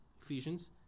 Ephesians